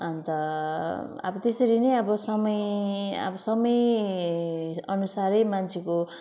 अन्त अब त्यसरी नै अब समय आअब समय अनुसारै मान्छेको